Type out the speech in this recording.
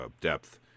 depth